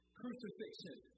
crucifixion